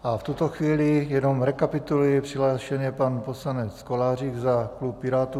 V tuto chvíli jenom rekapituluji: přihlášen je pan poslanec Kolářík za klub Pirátů.